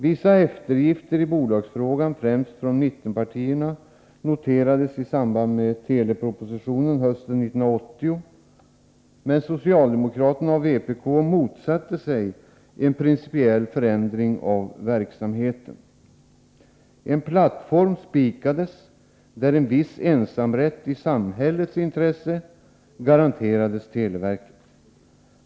Vissa eftergifter i bolagsfrågan, främst från mittenpartierna, noterades i samband med telepropositionen hösten 1980. Men socialdemokraterna och vpk motsatte sig en principiell förändring av verksamheten. En plattform spikades där en viss ensamrätt i samhällets intresse garanterades televerket.